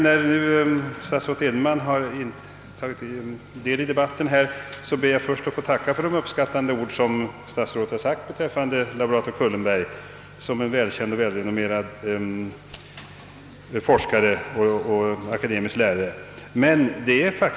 När nu statsrådet Edenman har tagit del i debatten ber jag att få tacka för hans uppskattande ord om laborator Kullenberg som en välkänd och välrenommerad forskare och akademisk lärare.